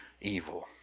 evil